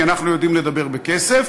כי אנחנו יודעים לדבר בכסף,